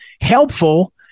helpful